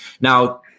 Now